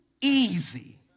easy